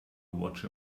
watch